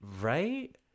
Right